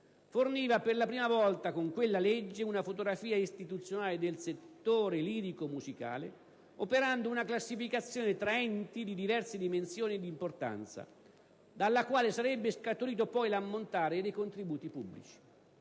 forniva per la prima volta, con quella legge, una fotografia istituzionale del settore lirico-musicale, operando una classificazione tra enti di diverse dimensioni ed importanza, dalla quale sarebbe scaturito poi l'ammontare dei contributi pubblici.